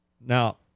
Now